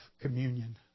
communion